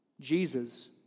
Jesus